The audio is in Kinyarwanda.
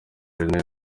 ariyo